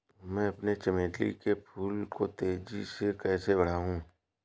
मैं अपने चमेली के फूल को तेजी से कैसे बढाऊं?